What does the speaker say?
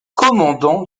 commandant